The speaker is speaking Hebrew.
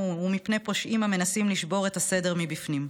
ומפני פושעים המנסים לשבור את הסדר מבפנים.